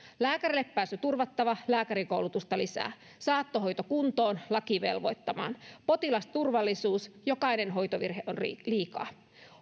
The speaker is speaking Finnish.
lääkärille pääsy turvattava lääkärikoulutusta lisää saattohoito kuntoon laki velvoittamaan potilasturvallisuus jokainen hoitovirhe on liikaa